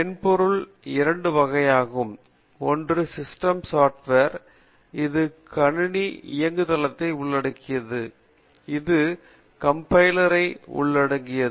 மென்பொருள் இரண்டு வகையாகும் ஒன்று சிஸ்டம் சாப்ட்வேர் இது கணினி இயங்குதளத்தை உள்ளடக்கியது அது கம்பைலரை உள்ளடக்கியது